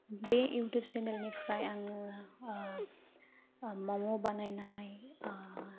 बे इउटुब चेनेलनिफ्राय आङो म'म' बानायनाय